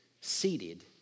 seated